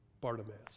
Bartimaeus